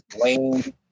lane